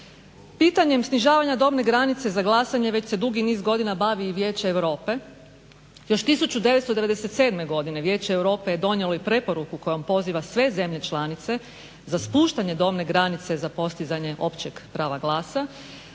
Pitanjem snižavanja dobne granice za glasanje već se dugi niz godina bavi i Vijeće europe, još 1997. godine Vijeće europe je donijelo i preporuko kojom poziva sve zemlje članice za spuštanje dobne granice za postizanje općeg prava glasa,